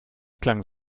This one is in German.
klang